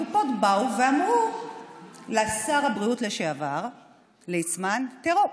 הקופות באו ואמרו לשר הבריאות לשעבר ליצמן: תראו,